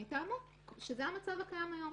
זה המצב הקיים היום.